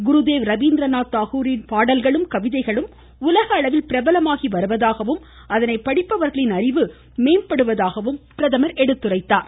குருதேவ் ரவீந்திரநாத் தாகூரின் பாடல்களும் கவிதைகளும் உலக அளவில் பிரபலமாகி வருவதாகவும் அதனை படிப்பவர்களின் அறிவு மேம்படுவதாகவும் குறிப்பிட்டார்